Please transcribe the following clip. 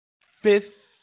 fifth